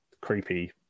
creepy